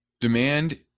Demand